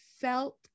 felt